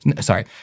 sorry